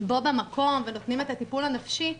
בו במקום, ונותנים את הטיפול הנפשי,